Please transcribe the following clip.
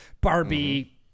barbie